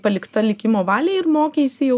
palikta likimo valiai ir mokeisi jau